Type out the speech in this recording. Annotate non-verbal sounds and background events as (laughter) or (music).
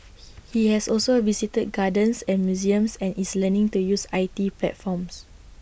(noise) he has also visited gardens and museums and is learning to use I T platforms